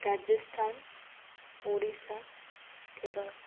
Rajasthan Odisha Kerala